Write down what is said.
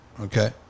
okay